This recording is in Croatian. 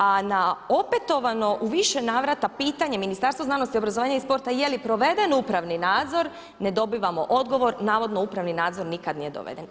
A na opetovano u više navrata pitanje Ministarstva znanosti, obrazovanja i sporta je li proveden upravni nadzor ne dobivamo odgovor, navodno upravni nadzor nikad nije doveden.